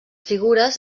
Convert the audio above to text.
figures